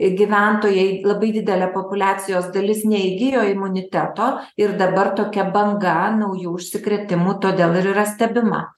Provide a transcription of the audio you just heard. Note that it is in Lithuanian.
gyventojai labai didelė populiacijos dalis neįgijo imuniteto ir dabar tokia banga naujų užsikrėtimų todėl ir yra stebima